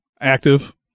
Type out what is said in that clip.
active